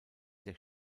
der